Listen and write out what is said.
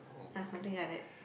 ya something like that